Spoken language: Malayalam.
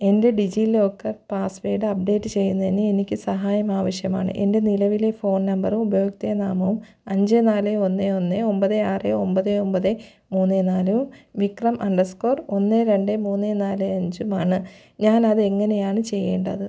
എന്റെ ഡിജീലോക്കർ പാസ്വേഡ് അപ്ഡേറ്റ് ചെയ്യുന്നതിന് എനിക്ക് സഹായം ആവശ്യമാണ് എന്റെ നിലവിലെ ഫോൺ നമ്പറും ഉപയോക്ത നാമവും അഞ്ച് നാല് ഒന്ന് ഒന്ന് ഒമ്പത് ആറ് ഒമ്പത് ഒമ്പത് മൂന്ന് നാല് വിക്രം അണ്ടർസ്കോർ ഒന്ന് രണ്ട് മൂന്ന് നാല് അഞ്ചുമാണ് ഞാൻ അതെങ്ങനെയാണ് ചെയ്യേണ്ടത്